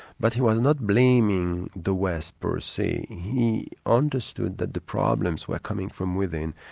but he was not blaming the west per se, he understood that the problems were coming from within,